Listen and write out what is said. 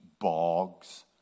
bogs